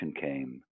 came